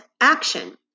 Action